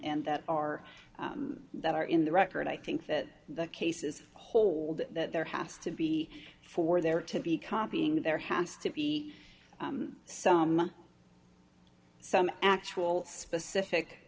that are that are in the record i think that the cases hold that there has to be for there to be copying there has to be some some actual specific